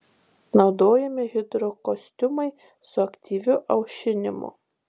naudojami hidrokostiumai su aktyviu aušinimu